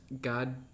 God